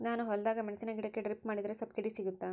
ನಾನು ಹೊಲದಾಗ ಮೆಣಸಿನ ಗಿಡಕ್ಕೆ ಡ್ರಿಪ್ ಮಾಡಿದ್ರೆ ಸಬ್ಸಿಡಿ ಸಿಗುತ್ತಾ?